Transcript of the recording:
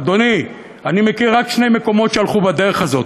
אדוני, אני מכיר רק שני מקומות שהלכו בדרך הזאת: